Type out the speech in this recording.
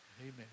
Amen